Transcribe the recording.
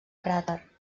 cràter